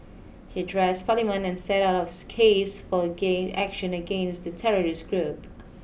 he addressed Parliament and set out his case for gain action against the terrorist group